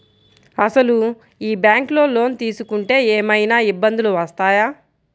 అసలు ఈ బ్యాంక్లో లోన్ తీసుకుంటే ఏమయినా ఇబ్బందులు వస్తాయా?